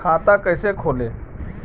खाता कैसे खोले?